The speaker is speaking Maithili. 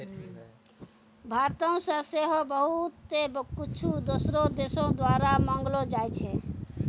भारतो से सेहो बहुते कुछु दोसरो देशो द्वारा मंगैलो जाय छै